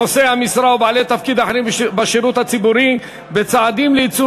נושאי המשרה ובעלי תפקיד אחרים בשירות הציבורי בצעדים לייצוב